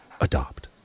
Adopt